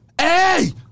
hey